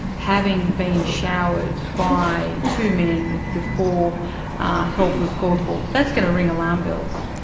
having been showered by two men before help was called for. that's going to ring alarm bells.